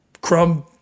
Crumb